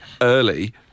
early